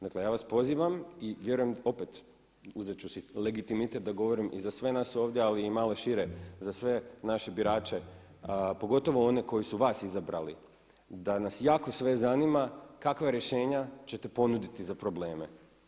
Dakle ja vas pozivam i vjerujem opet, uzet ću si legitimitet da govorim i za sve nas ovdje ali i malo šire, za sve naše birače pogotovo one koji su vas izabrali da nas jako sve zanima kakva rješenja ćete ponuditi za probleme.